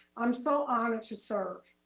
i'm so honored to serve.